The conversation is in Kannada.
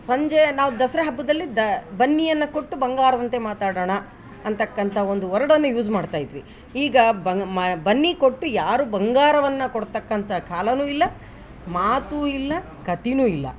ಸಂಜೆ ನಾವು ದಸರಾ ಹಬ್ಬದಲ್ಲಿ ದ ಬನ್ನಿಯನ್ನು ಕೊಟ್ಟು ಬಂಗಾರದಂತೆ ಮಾತಾಡೋಣ ಅಂತಕ್ಕಂಥ ಒಂದು ವರ್ಡನ್ನು ಯೂಸ್ ಮಾಡ್ತಾ ಇದ್ವಿ ಈಗ ಬಂಗ ಮ ಬನ್ನಿ ಕೊಟ್ಟು ಯಾರು ಬಂಗಾರವನ್ನು ಕೊಡ್ತಕ್ಕಂಥ ಕಾಲನೂ ಇಲ್ಲ ಮಾತು ಇಲ್ಲ ಕತೇನು ಇಲ್ಲ